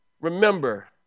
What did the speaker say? Remember